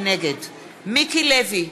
נגד מיקי לוי,